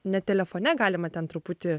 net telefone galima ten truputį